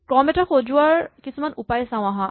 ক্ৰম এটা সজোৱাৰ কিছুমান উপায় চাওঁ আহাঁ